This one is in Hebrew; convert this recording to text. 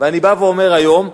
ואני בא ואומר היום: